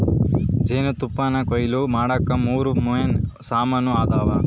ಜೇನುತುಪ್ಪಾನಕೊಯ್ಲು ಮಾಡಾಕ ಮೂರು ಮೇನ್ ಸಾಮಾನ್ ಅದಾವ